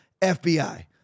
FBI